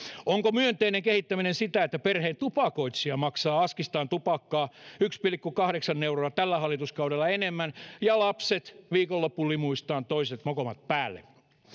onko myönteinen kehittäminen sitä että perheen tupakoitsija maksaa askistaan tupakkaa tällä hallituskaudella yksi pilkku kahdeksan euroa enemmän ja lapset viikonloppulimuistaan toiset mokomat päälle